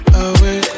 away